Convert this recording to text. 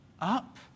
up